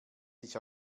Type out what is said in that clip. sich